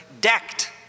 decked